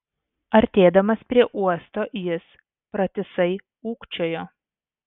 artėdamas prie uosto jis pratisai ūkčiojo